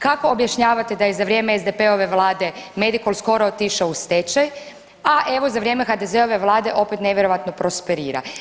Kako objašnjavate da je za vrijeme SDP-ove vlade Medikol skoro otišao u stečaj, a evo za vrijeme HDZ-ove vlade opet nevjerojatno prosperira?